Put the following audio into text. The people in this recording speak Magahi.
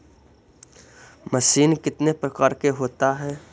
मशीन कितने प्रकार का होता है?